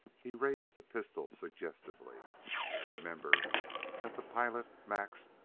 he raised the pistol suggestively remember that the pilot, max,